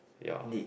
ya